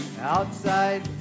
outside